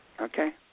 Okay